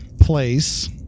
place